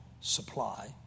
supply